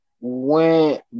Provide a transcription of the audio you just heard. went